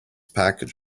packaging